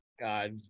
God